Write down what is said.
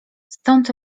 stąd